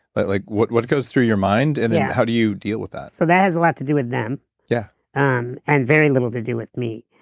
like like what what goes through your mind and then how do you deal with that? so that has a lot to do with them yeah um and very little to do with me,